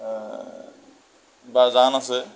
বা জান আছে